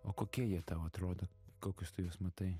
o kokie jie tau atrodo kokius tu juos matai